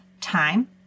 time